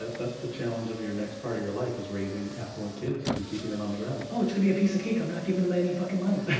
that's the challenge of your next part of your life, is raising affluent kids and keeping them on the ground. oh it's gonna be a piece of cake, i'm not giving them any fucking money.